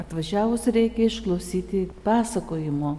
atvažiavus reikia išklausyti pasakojimo